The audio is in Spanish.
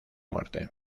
muerte